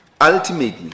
Ultimately